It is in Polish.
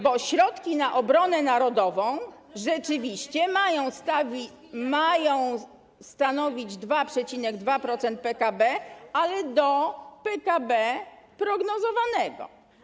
Bo środki na obronę narodową rzeczywiście mają stanowić 2,2% PKB, ale PKB prognozowanego.